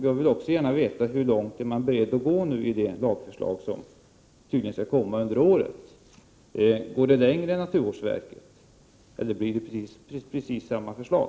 Jag vill också gärna veta hur långt man är beredd att gå i det lagförslag som tydligen skall komma under året. Går man längre än naturvårdsverket, eller blir det precis samma förslag?